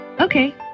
Okay